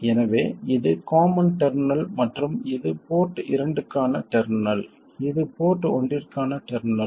எனவே இது common terminal மற்றும் இது போர்ட் இரண்டுக்கான டெர்மினல் இது போர்ட் ஒன்றிற்கான டெர்மினல்